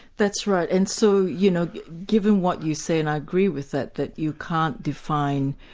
that's right. and so you know given what you say, and i agree with that, that you can't define,